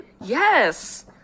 Yes